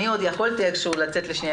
אני עוד יכולתי לצאת לרגע,